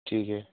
ठीक है